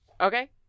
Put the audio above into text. Okay